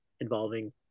involving